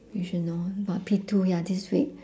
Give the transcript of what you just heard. you should know about P two ya this week